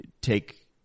take